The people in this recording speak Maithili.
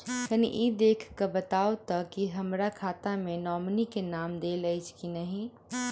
कनि ई देख कऽ बताऊ तऽ की हमरा खाता मे नॉमनी केँ नाम देल अछि की नहि?